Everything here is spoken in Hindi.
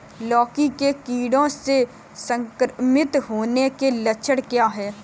लौकी के कीड़ों से संक्रमित होने के लक्षण क्या हैं?